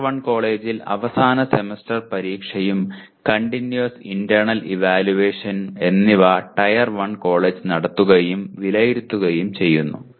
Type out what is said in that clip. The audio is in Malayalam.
ടയർ 1 കോളേജിൽ അവസാന സെമസ്റ്റർ പരീക്ഷയും കണ്ടിന്യൂസ് ഇന്റെർണൽ ഇവാലുവേഷൻ എന്നിവ ടയർ 1 കോളേജ് നടത്തുകയും വിലയിരുത്തുകയും ചെയ്യുന്നു